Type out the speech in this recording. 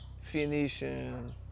Phoenician